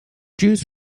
jews